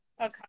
Okay